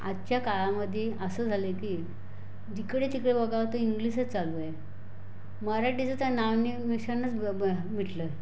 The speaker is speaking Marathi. आजच्या काळामध्ये असं झालं आहे की जिकडे तिकडे बघावं तर इंग्लिशच चालू आहे मराठीचं तर नावनिनिशाणच ब ब मिटलं आहे